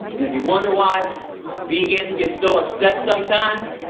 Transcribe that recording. if you wonder why vegans get so upset sometimes,